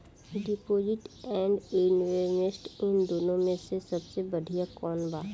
Deposit and investment इन दुनो मे से सबसे बड़िया कौन बा?